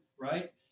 right